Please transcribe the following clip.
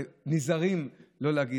ונזהרים לא להגיד,